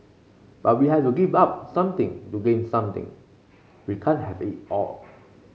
but we have to give up something to gain something we can't have it all